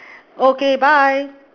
okay bye